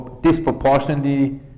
disproportionately